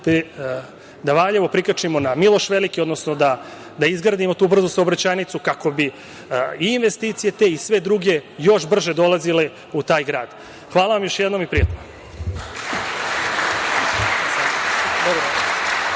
da Valjevo prikačimo na "Miloš Veliki", odnosno da izgradimo tu brzu saobraćajnicu, kako bi i te investicije i sve druge još brže dolazile u taj grad. Hvala još jednom i prijatno.